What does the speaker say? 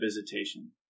visitation